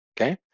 okay